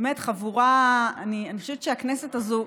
באמת חבורה, אני חושבת שהכנסת הזו,